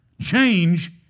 change